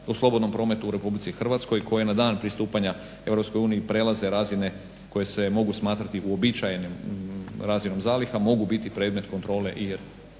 u slobodnom prometu u RH koji na dan pristupanja EU prelaze razine koje se mogu smatrati uobičajenim razmjenom zaliha mogu biti predmet kontrole i regresnog